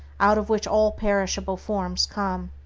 out of which all perishable forms come.